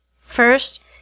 First